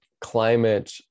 climate